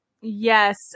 Yes